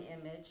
image